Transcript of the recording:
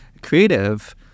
Creative